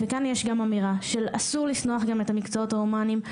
וכאן יש גם אמירה אסור לזנוח גם את המקצועות ההומניים,